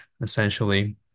essentially